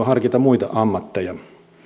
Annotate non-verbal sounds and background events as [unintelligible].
[unintelligible] harkita muita ammatteja